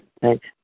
thanks